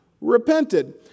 repented